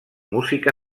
música